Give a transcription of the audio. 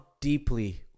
deeply